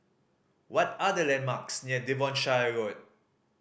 what are the landmarks near Devonshire Road